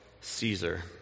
Caesar